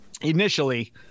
initially